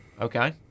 Okay